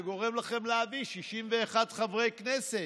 כל פעם זה גורם לכם להביא 61 חברי כנסת,